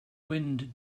wind